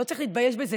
לא צריך להתבייש בזה.